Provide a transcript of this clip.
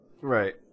right